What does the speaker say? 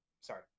sorry